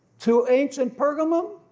to ancient pergamum,